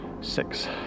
Six